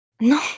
No